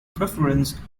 preference